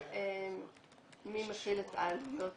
מי מכיל את עלויות